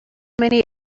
many